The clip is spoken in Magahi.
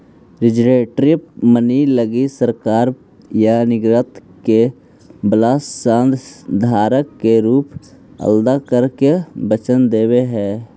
रिप्रेजेंटेटिव मनी लगी सरकार या निर्गत करे वाला संस्था धारक के रुपए अदा करे के वचन देवऽ हई